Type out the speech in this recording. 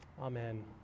amen